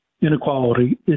inequality